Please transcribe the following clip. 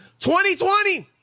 2020